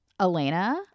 Elena